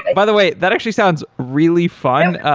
by the way, that actually sounds really fun.